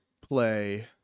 play